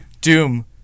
Doom